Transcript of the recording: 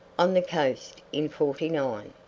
on the coast in forty nine.